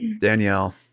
Danielle